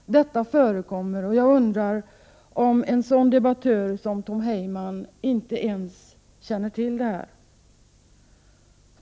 Detta förekommer, och jag undrar om en debattör som Tom Heyman inte ens känner till det.